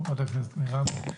חברת הכנסת מירב בן ארי.